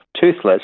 toothless